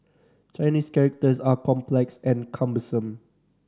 Chinese characters are complex and cumbersome